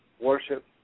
worship